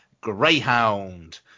Greyhound